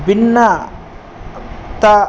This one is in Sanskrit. भिन्न ता